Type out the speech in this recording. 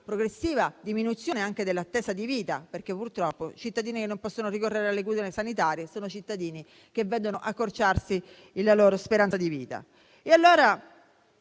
progressiva diminuzione anche dell'attesa di vita, perché purtroppo i cittadini che non possono ricorrere alle cure sanitarie sono cittadini che vedono accorciarsi la loro speranza di vita.